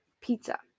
pizza